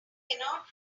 cannot